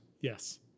Yes